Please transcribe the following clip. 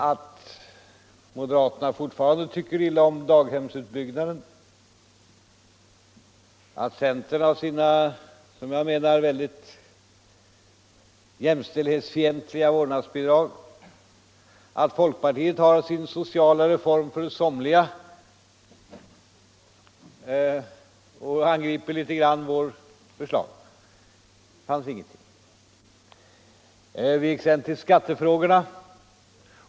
Att moderaterna fortfarande tycker illa om daghemsutbyggnad, att centern står fast vid sina, som jag menar, väldigt jämställdhetsfientliga vårdnadsbidrag och att folkpartiet har sin sociala reform för somliga och angriper vårt förslag litet. I övrigt fanns ingenting av besked. Vi gick sedan över till skattefrågorna.